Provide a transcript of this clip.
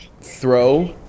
throw